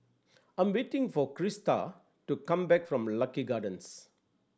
I' m waiting for Crysta to come back from Lucky Gardens